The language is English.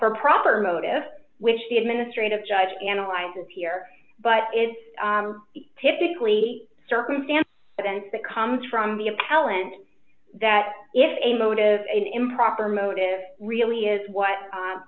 for proper motive which the administrative judge analyzes here but is typically circumstance events that comes from the appellant that if a motive an improper motive really is what